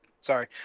Sorry